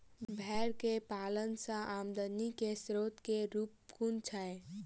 भेंर केँ पालन सँ आमदनी केँ स्रोत केँ रूप कुन छैय?